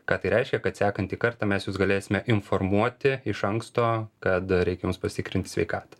ką tai reiškia kad sekantį kartą mes jus galėsime informuoti iš anksto kad reikia jums pasitikrinti sveikatą